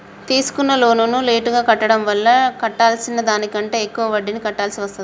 తీసుకున్న లోనును లేటుగా కట్టడం వల్ల కట్టాల్సిన దానికంటే ఎక్కువ వడ్డీని కట్టాల్సి వస్తదా?